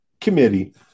committee